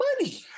money